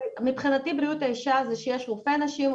מבחינתי מרכז לבריאות האישה זה שיש רופא נשים,